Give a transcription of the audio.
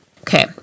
Okay